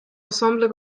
ensemble